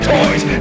Toys